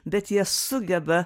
bet jie sugeba